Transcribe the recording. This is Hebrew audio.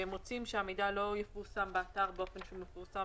והם רוצים שהמידע לא יפורסם באתר באופן שהוא מפורסם